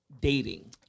dating